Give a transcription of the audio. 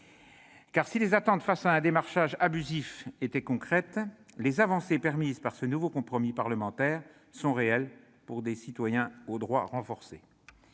Si les attentes face à un démarchage abusif étaient concrètes, les avancées permises par ce nouveau compromis parlementaire sont réelles pour des citoyens aux droits renforcés.